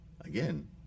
again